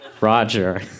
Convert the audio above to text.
Roger